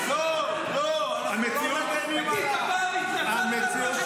הוא התנצל כבר, די.